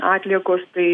atliekos tai